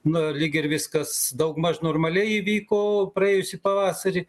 na lyg ir viskas daugmaž normaliai įvyko praėjusį pavasarį